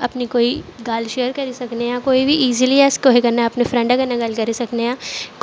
अपनी कोई गल्ल शेयर करी सकने आं कोई बी ईजली अस कुसै कन्नै अपने फ्रैंडा कन्नै गल्ल करी सकने आं